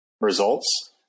results